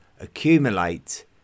accumulate